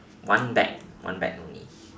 one bag one bag only